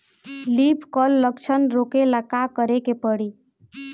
Leaf curl लक्षण रोकेला का करे के परी?